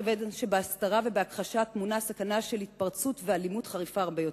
כיוון שבהסתרה ובהכחשה טמונה סכנה של התפרצות ואלימות חריפה הרבה יותר.